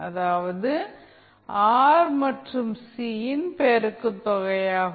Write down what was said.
அதாவது ஆர் மற்றும் சி இன் பெருக்கு தொகையாகும்